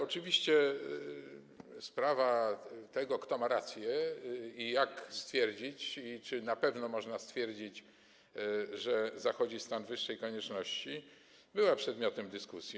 Oczywiście sprawa tego, kto ma rację i jak stwierdzić, i czy na pewno można stwierdzić, że zachodzi stan wyższej konieczności, była przedmiotem dyskusji.